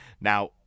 Now